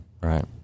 Right